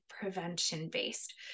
prevention-based